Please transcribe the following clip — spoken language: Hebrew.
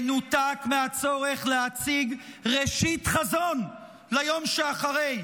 מנותק מהצורך להציג ראשית חזון ליום שאחרי,